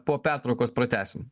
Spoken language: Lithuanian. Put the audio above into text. po pertraukos pratęsim